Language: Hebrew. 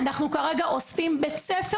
אנחנו כרגע אוספים את המידע,